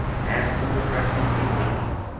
as though addressing a meeting.